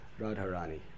Radharani